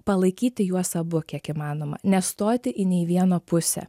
palaikyti juos abu kiek įmanoma nestoti į nei vieno pusę